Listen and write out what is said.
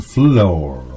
Floor